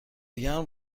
گرم